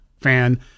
fan